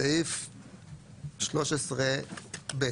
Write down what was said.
בסעיף 13(ב)